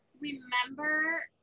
remember